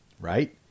right